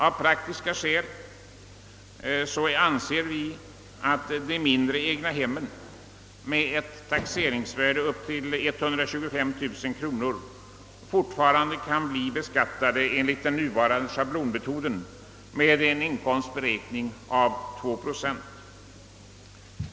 Av praktiska skäl anser vi att de mindre egnahemmen med taxeringsvärden upp till 123000 kronor fortfarande kan beskattas enligt den nuvarande schablonmetoden, varvid intäkten bestäms till 2 procent av taxeringsvärdet.